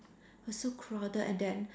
was so crowded and then